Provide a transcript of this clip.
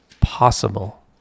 possible